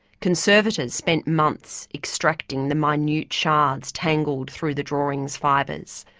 conservators spent months extracting the minute shards, tangled through the drawing's fibres.